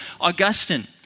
Augustine